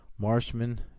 Marshman